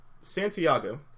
Santiago